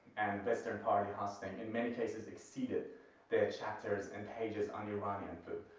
and western party hosting, in many cases exceeded the chapters and pages on iranian food.